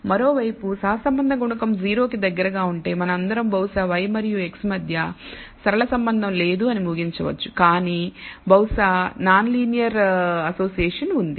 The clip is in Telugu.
మరోవైపు సహసంబంధ గుణకం 0 కి దగ్గరగా ఉంటే మనమందరం బహుశా y మరియు x మధ్య సరళ సంబంధం లేదు అని ముగించవచ్చు కానీ బహుశా నాన్ లీనియర్ అసోసియేషన్ ఉంది